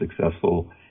successful